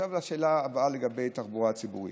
עכשיו, לשאלה הבאה, על התחבורה הציבורית,